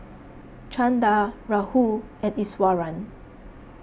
Chanda Rahul and Iswaran